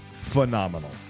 phenomenal